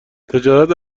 تجارت